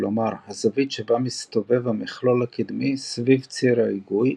כלומר הזווית שבה מסתובב המכלול הקדמי סביב ציר ההיגוי,